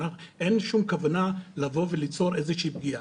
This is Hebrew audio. אין שום כוונה ליצור איזה שהיא פגיעה,